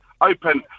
Open